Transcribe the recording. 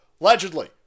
allegedly